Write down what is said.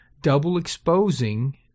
double-exposing